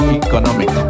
economic